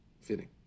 fitting